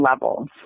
levels